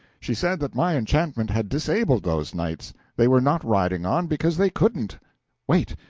she said that my enchantment had disabled those knights they were not riding on, because they couldn't wait,